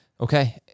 Okay